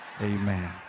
amen